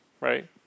right